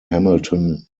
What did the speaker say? hamilton